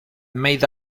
made